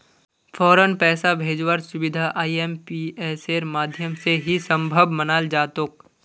फौरन पैसा भेजवार सुबिधा आईएमपीएसेर माध्यम से ही सम्भब मनाल जातोक